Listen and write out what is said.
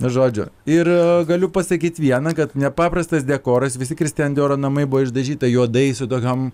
žodžiu ir galiu pasakyt viena kad nepaprastas dekoras visi kristijan dioro namai buvo išdažyta juodai su tokiom